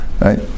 right